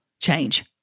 change